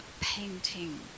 painting